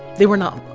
they were not